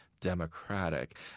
democratic